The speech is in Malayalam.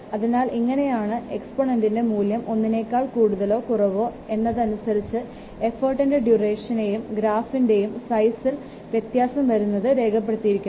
അതിനാൽ ഇങ്ങനെയാണ് എക്സ്പോനൻറിൻറെ മൂല്യം ഒന്നിനേക്കാൾ കൂടുതലോ കുറവോ എന്നതനുസരിച്ച് എഫോർട്ടിൻറെ ഡ്യൂറേഷൻറെയും ഗ്രാഫിൻറെയും സൈസിൽ വ്യത്യാസം വരുന്നത് രേഖപ്പെടുത്തിയിരിക്കുന്നത്